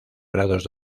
grados